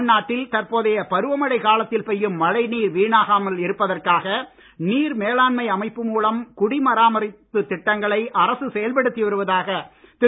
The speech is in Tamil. தமிழ்நாட்டில் தற்போதைய பருவ மழைக் காலத்தில் பெய்யும் மழை நீர் வீணாகாமல் இருப்பதற்காக நீர் மேலாண்மை அமைப்பு மூலம் குடிமராத்து திட்டங்களை அரசு செயல்படுத்தி வருவதாக திரு